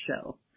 show